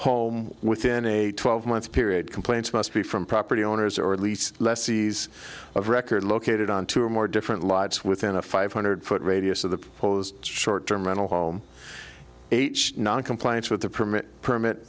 home within a twelve month period complaints must be from property owners or at least lessees of record located on two or more different lives within a five hundred foot radius of the proposed short term rental home h noncompliance with the permit